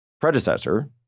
predecessor